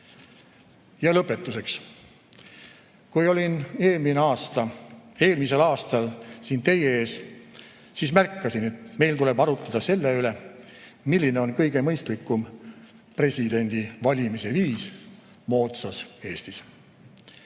Lõpetuseks. Kui olin eelmisel aastal teie ees, siis märkisin, et meil tuleb arutleda selle üle, milline on kõige mõistlikum presidendi valimise viis moodsas Eestis.